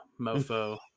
mofo